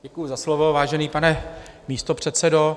Děkuji za slovo, vážený pane místopředsedo.